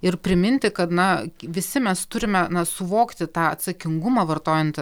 ir priminti kad na visi mes turime na suvokti tą atsakingumą vartojant